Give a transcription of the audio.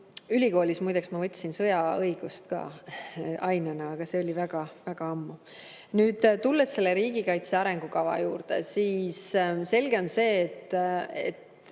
Ülikoolis muideks ma võtsin sõjaõigust ainena, aga see oli väga-väga ammu. Nüüd tulen riigikaitse arengukava juurde. Selge on see, et